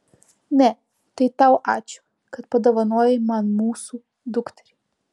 ne tai tau ačiū kad padovanojai man mūsų dukterį